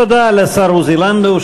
תודה לשר לנדאו,